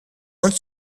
uns